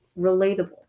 relatable